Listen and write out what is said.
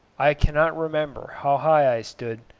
i cannot remember how high i stood,